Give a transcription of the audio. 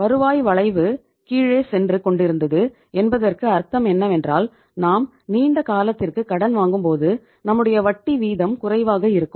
வருவாய் வளைவு கீழே சென்று கொண்டிருந்தது என்பதற்கு அர்த்தம் என்னவென்றால் நாம் நீண்டகாலத்திற்கு கடன் வாங்கும்போது நம்முடைய வட்டி வீதம் குறைவாக இருக்கும்